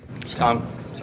Tom